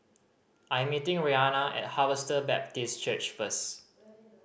I am meeting Rihanna at Harvester Baptist Church first